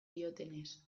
diotenez